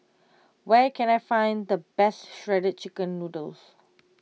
where can I find the best Shredded Chicken Noodles